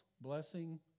blessing